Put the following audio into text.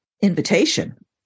invitation